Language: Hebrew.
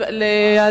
ביקש?